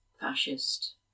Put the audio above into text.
fascist